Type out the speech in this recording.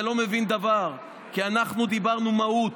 אתה לא מבין דבר, כי אנחנו דיברנו מהות,